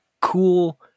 cool